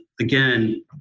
again